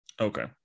Okay